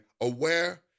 aware